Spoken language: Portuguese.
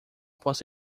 posso